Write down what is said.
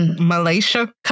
malaysia